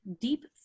deep